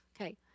Okay